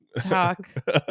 Talk